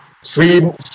Sweden